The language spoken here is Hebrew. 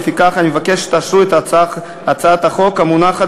לפיכך אני מבקש שתאשרו את הצעת החוק המונחת